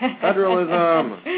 federalism